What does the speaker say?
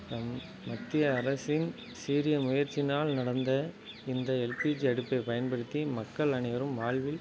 நம் மத்திய அரசின் சீரிய முயற்சியினால் நடந்த இந்த எல்பிஜி அடுப்பைப் பயன்படுத்தி மக்கள் அனைவரும் வாழ்வில்